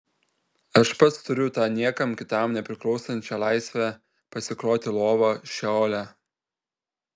aš pats turiu tą niekam kitam nepriklausančią laisvę pasikloti lovą šeole